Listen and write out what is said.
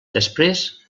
després